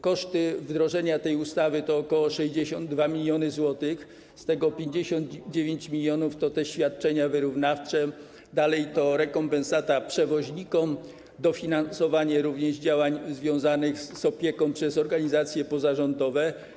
Koszty wdrożenia tej ustawy to ok. 62 mln zł, z tego 59 mln to świadczenia wyrównawcze, dalej, to rekompensata przewoźnikom, dofinansowanie również działań związanych z opieką świadczoną przez organizacje pozarządowe.